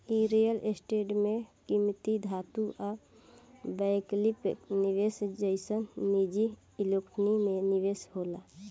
इ real estate में किमती धातु आ वैकल्पिक निवेश जइसन निजी इक्विटी में निवेश होला